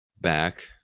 back